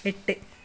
എട്ട്